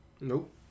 Nope